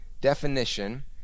definition